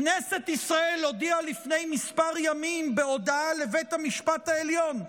כנסת ישראל הודיעה לפני מספר ימים בהודעה לבית המשפט העליון,